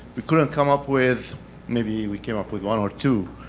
we couldn't come up with maybe we came up with one or two.